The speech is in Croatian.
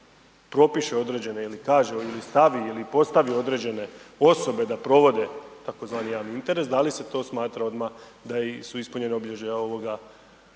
propiše određene ili kaže ili stavi ili postavi određene osobe da provode tzv. javni interes da li se to smatra odma da su ispunjena obilježja ovoga